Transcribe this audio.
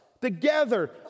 together